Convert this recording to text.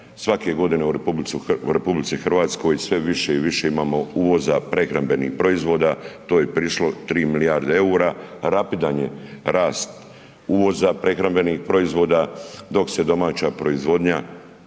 svake godine u RH sve više i više imamo uvoza prehrambenih proizvoda, to je prišlo 3 milijarde EUR-a. Rapidan je rast uvoza prehrambenih proizvoda dok se domaća proizvodnja